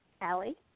Allie